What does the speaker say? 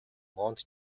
mont